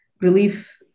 Relief